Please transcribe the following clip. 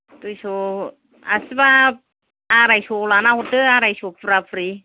दुइस' आसिबा आरायस' लानानै हरदो आरायस' फुरा फुरि